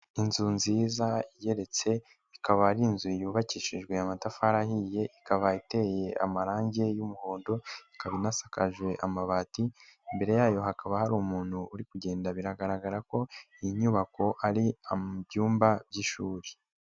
Inzu nziza igeretse ikaba ari inzu yubakishijwe amatafari ahiye, ikaba iteye amarange y'umuhondo, ikaba inasakaje amabati, imbere yayo hakaba hari umuntu uri kugenda, biragaragara ko iyi nyubako ari mu ibyumba by'ishuri.